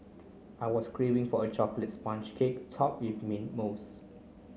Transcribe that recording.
I was craving for a chocolate sponge cake topped with mint mousse